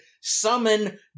summon